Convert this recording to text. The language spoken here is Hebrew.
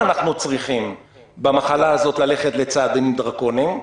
אנחנו צריכים ללכת לצעדים דרקוניים במחלה הזאת?